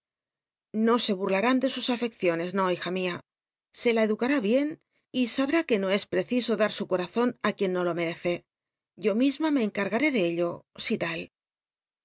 o se bmlatün de sus a fecciones no bija mia se la cducaní bien y salll'á que no es preciso da t su cota on i r u ien no lo merece yo misma me encargaré de ello